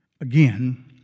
again